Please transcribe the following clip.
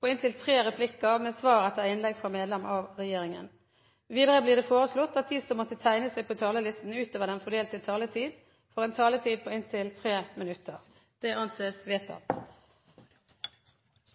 på inntil tre replikker med svar etter innlegg fra medlem av regjeringen innenfor den fordelte taletid. Videre blir det foreslått at de som måtte tegne seg på talerlisten utover den fordelte taletid, får en taletid på inntil 3 minutter. – Det anses vedtatt.